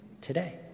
today